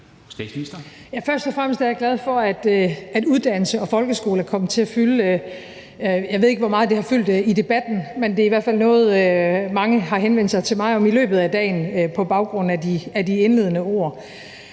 Først og fremmest er jeg glad for, at uddannelse og folkeskole er kommet til at fylde. Jeg ved ikke, hvor meget det har fyldt i debatten, men det er i hvert fald noget, mange har henvendt sig til mig om i løbet af dagen på baggrund af mine indledende ord.